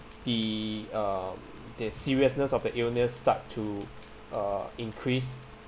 the um the seriousness of the illness start to uh increase